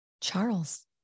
Charles